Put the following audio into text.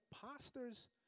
pastors